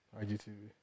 IGTV